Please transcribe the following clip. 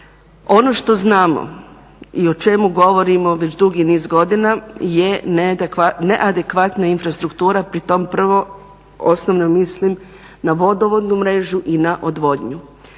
Ono što znamo i o čemu govorimo već dugi niz godina je neadekvatna infrastruktura pri tom prvo osnovno mislim na vodovodnu mrežu i na odvodnju.